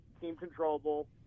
team-controllable